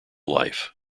life